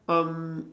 um